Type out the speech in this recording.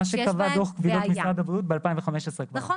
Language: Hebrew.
מה שקבע דוח פקודת משרד הבריאות בשנת 2015. נכון.